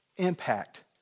impact